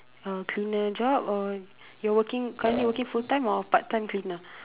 uh cleaner job or you're working currently working full time or part time cleaner